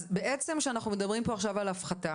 אז בעצם כשאנחנו מדברים פה על הפחתה